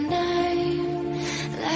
name